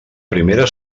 primera